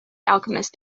alchemist